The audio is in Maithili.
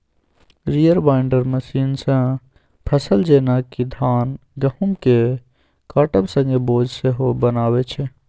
रिपर बांइडर मशीनसँ फसल जेना कि धान गहुँमकेँ काटब संगे बोझ सेहो बन्हाबै छै